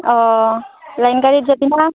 অঁ লাইন গাড়ীত যাবি না